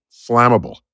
flammable